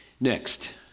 Next